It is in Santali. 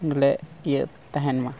ᱞᱮ ᱤᱭᱟᱹ ᱛᱟᱦᱮᱱ ᱢᱟ